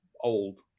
old